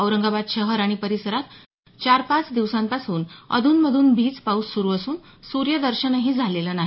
औरंगाबाद शहर आणि परिसरात चार पाच दिवसांपासून अधून मधून भिजपाऊस सुरु असून सूर्यदर्शनही झालेलं नाही